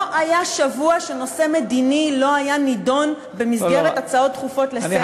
לא היה שבוע שנושא מדיני לא היה נדון במסגרת הצעות דחופות לסדר-היום.